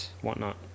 whatnot